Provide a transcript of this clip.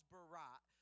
Barat